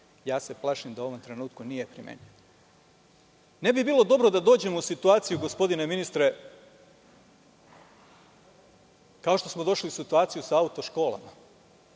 Plašim se da u ovom trenutku nije primenjivo. Ne bi bilo dobro da dođemo u situaciju, gospodine ministre, kao što smo došli u situaciju sa auto školama.